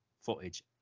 footage